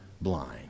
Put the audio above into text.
blind